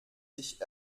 sich